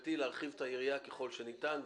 מבחינתי להרחיב את היריעה ככל שניתן,